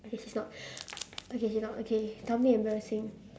okay she's not okay she not okay tell me embarrassing